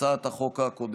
הצעת החוק הקודמת.